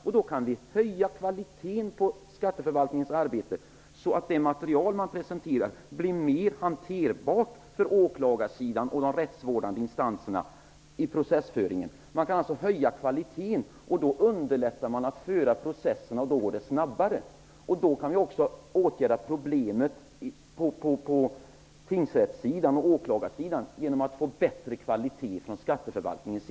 På så sätt kan vi höja kvaliteten på skatteförvaltningens arbete, så att det material som presenteras blir mera hanterbart för åklagarsidan och de rättsvårdande instanserna i processföringen. Man kan alltså höja kvaliteten. Då underlättar man processerna, och då går det snabbare. Vi kan alltså åtgärda problemet på tingsrättssidan och åklagarsidan genom att få bättre kvalitet på materialet från skatteförvaltningen.